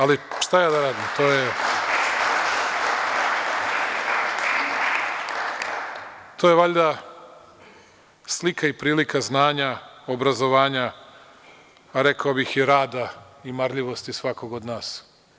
Ali, šta ja da radim, to je valjda slika i prilika znanja, obrazovanja, a rekao bih i rada i marljivosti svakog od nas.